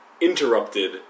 interrupted